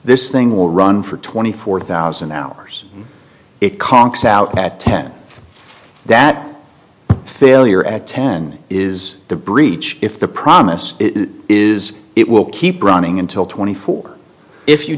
this thing will run for twenty four thousand hours it conks out at ten that failure at ten is the breach if the promise is it will keep running until twenty four if you